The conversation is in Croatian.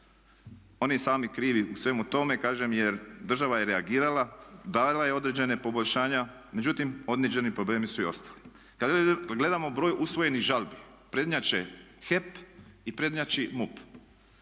oni sami krivi u svemu tome jer država je reagirala, dala je određena poboljšanja, međutim određeni problemi su ostali. Kad gledamo broj usvojenih žalbi prednjače HEP i prednjači MUP.